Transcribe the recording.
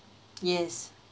yes